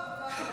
לא, כבר אמרתי.